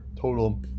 total